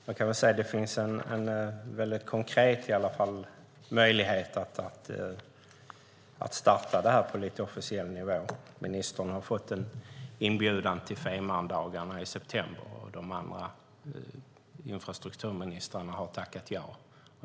Fru talman! Det finns en väldigt konkret möjlighet att starta detta på officiell nivå. Ministern har nämligen fått en inbjudan till Fehmarndagarna i september, och de andra ländernas infrastrukturministrar har tackat ja.